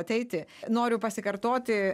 ateiti noriu pasikartoti